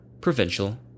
provincial